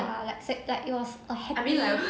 ya like say that it was a happy